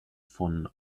von